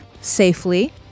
safely